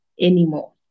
anymore